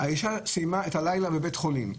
האישה סיימה את הלילה בבית חולים.